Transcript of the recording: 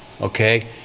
okay